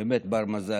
באמת בר-מזל,